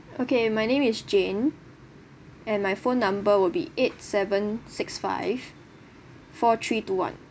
okay my name is jane and my phone number will be eight seven six five four three two one